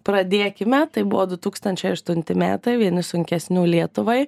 pradėkime tai buvo du tūkstančiai aštunti metai vieni sunkesnių lietuvai